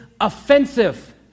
offensive